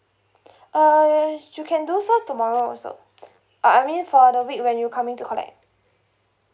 uh you can do so tomorrow also uh I mean for the week when you coming to collect